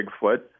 Bigfoot